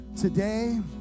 Today